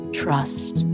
trust